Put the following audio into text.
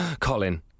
Colin